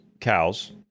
cows